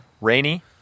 rainy